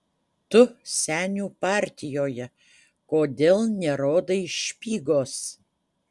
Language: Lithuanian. tu senių partijoje kodėl nerodai špygos